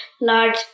large